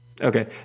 Okay